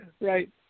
Right